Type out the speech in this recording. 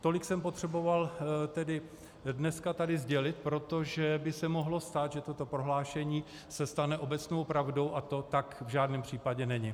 Tolik jsem potřeboval dneska tady sdělit, protože by se mohlo stát, že toto prohlášení se stane obecnou pravdou, a to tak v žádném případě není.